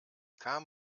kam